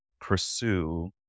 pursue